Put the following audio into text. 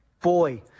Boy